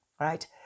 right